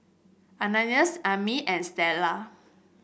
Ananias Aimee and Stella